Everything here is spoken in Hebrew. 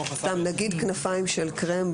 נגיד "כנפיים של קרמבו".